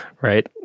right